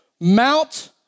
Mount